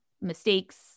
mistakes